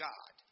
God